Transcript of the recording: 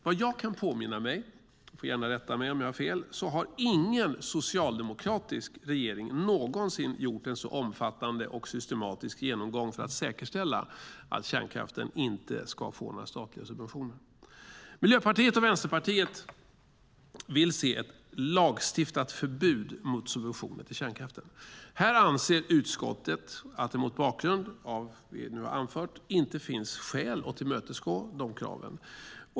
Vad jag kan påminna mig - ni får gärna rätta mig om jag har fel - har ingen socialdemokratisk regering någonsin gjort en så omfattande och systematisk genomgång för att säkerställa att kärnkraften inte ska få några statliga subventioner. Miljöpartiet och Vänsterpartiet vill se ett lagstiftat förbud mot subventioner till kärnkraften. Här anser utskottet att det mot bakgrund av det som har anförts inte finns skäl att tillmötesgå dessa krav.